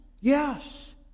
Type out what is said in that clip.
yes